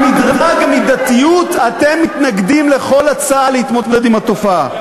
במדרג המידתיות אתם מתנגדים לכל הצעה להתמודד עם התופעה.